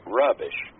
rubbish